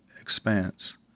expanse